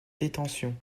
détention